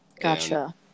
Gotcha